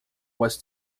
was